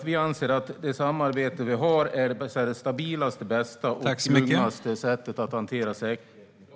Vi anser att det samarbete vi har är det stabilaste, bästa och lugnaste sättet att hantera säkerhetspolitiken i dag.